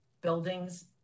buildings